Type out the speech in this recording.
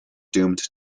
doomed